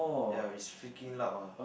ya which freaking loud ah